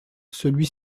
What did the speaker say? celui